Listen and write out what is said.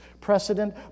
precedent